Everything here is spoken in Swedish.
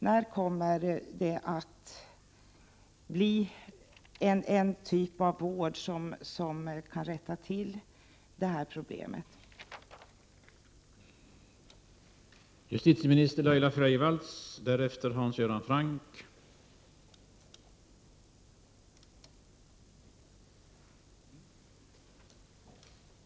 När kommer man att införa den typ av vård som leder till att detta problem kan lösas?